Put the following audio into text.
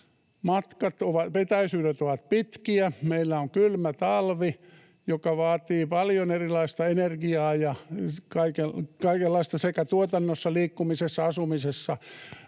ovat pitkiä. Meillä on kylmä talvi, joka vaatii paljon erilaista energiaa ja kaikenlaista tuotannossa, liikkumisessa, asumisessa,